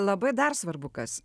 labai dar svarbu kas